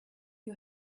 you